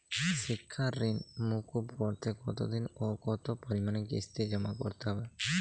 শিক্ষার ঋণ মুকুব করতে কতোদিনে ও কতো পরিমাণে কিস্তি জমা করতে হবে?